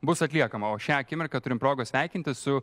bus atliekama o šią akimirką turim progos sveikintis su